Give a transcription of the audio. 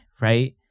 right